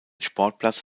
sportplatz